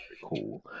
Cool